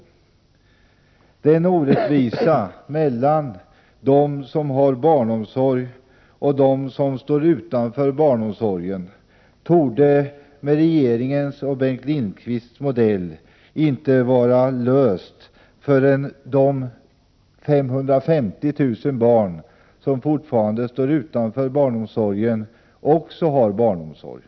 Problemet med den orättvisa som råder mellan dem som har barnomsorg och dem som står utanför torde med regeringens och Bengt Lindqvists modell inte vara löst förrän de 550 000 barn som fortfarande står utanför barnomsorgen också har barnomsorg.